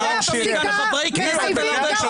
זרקת מכאן חברי כנסת על הרבה פחות.